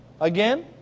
again